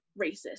racist